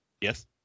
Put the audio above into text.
Yes